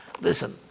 Listen